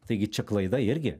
taigi čia klaida irgi